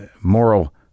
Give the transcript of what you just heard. moral